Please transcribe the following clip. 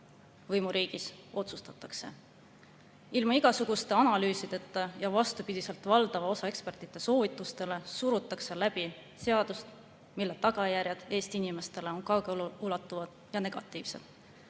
võimuriigis otsustatakse. […] Ilma igasuguste analüüsideta ja vastupidiselt valdava osa ekspertide soovitustele surutakse läbi seadust, mille tagajärjed Eesti inimestele on kaugeleulatuvad ja negatiivsed.